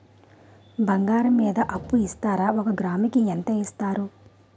బంగారం మీద అప్పు ఇస్తారా? ఒక గ్రాము కి ఎంత ఇస్తారు?